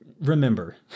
remember